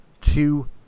two